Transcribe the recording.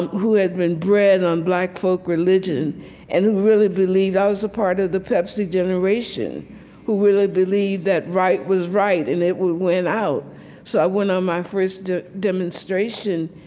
who had been bred on black folk religion and who really believed i was a part of the pepsi generation who really believed that right was right, and it would win out so i went on my first demonstration,